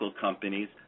companies